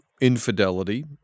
infidelity